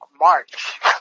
March